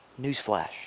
newsflash